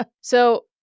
So-